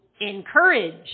encourage